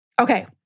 Okay